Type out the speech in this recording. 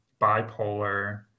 bipolar